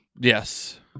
yes